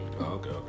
okay